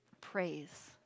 praise